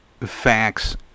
facts